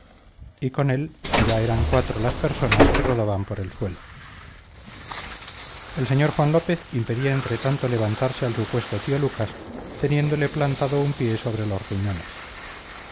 y con él ya eran cuatro las personas que rodaban por el suelo el señor juan lópez impedía entretanto levantarse al supuesto tío lucas teniéndole plantado un pie sobre los riñones